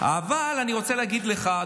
אבל אני רוצה להגיד לך,